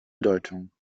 bedeutung